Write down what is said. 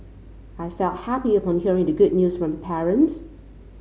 I felt happy upon hearing the good news from my parents